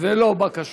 בקשות